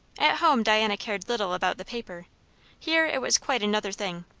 at home diana cared little about the paper here it was quite another thing.